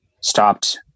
stopped